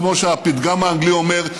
כמו שהפתגם האנגלי אומר,